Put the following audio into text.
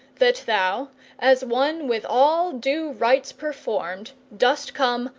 that thou as one with all due rites performed dost come,